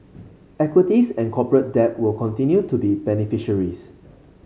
equities and corporate debt will continue to be beneficiaries